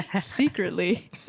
secretly